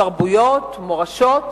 תרבויות, מורשות,